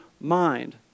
mind